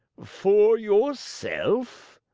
for yourself?